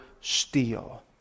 steal